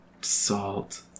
salt